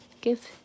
give